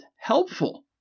helpful